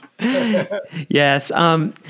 Yes